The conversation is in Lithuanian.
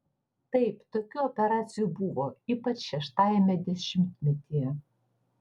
taip tokių operacijų buvo ypač šeštajame dešimtmetyje